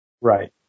Right